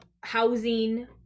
housing